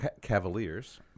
Cavaliers